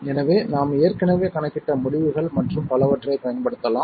எனவே நாம் ஏற்கனவே கணக்கிட்ட முடிவுகள் மற்றும் பலவற்றைப் பயன்படுத்தலாம்